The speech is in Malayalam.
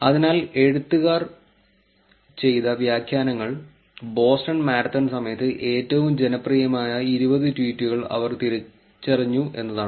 അതിനാൽ എഴുത്തുകാർ ചെയ്ത വ്യാഖ്യാനങ്ങൾ ബോസ്റ്റൺ മാരത്തൺ സമയത്ത് ഏറ്റവും ജനപ്രിയമായ 20 ട്വീറ്റുകൾ അവർ തിരിച്ചറിഞ്ഞു എന്നതാണ്